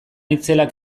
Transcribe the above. itzelak